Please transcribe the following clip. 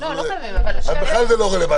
אז בכלל זה לא רלוונטי.